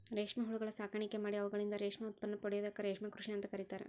ರೇಷ್ಮೆ ಹುಳಗಳ ಸಾಕಾಣಿಕೆ ಮಾಡಿ ಅವುಗಳಿಂದ ರೇಷ್ಮೆ ಉತ್ಪನ್ನ ಪಡೆಯೋದಕ್ಕ ರೇಷ್ಮೆ ಕೃಷಿ ಅಂತ ಕರೇತಾರ